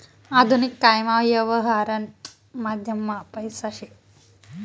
आधुनिक कायमा यवहारनं माध्यम पैसा शे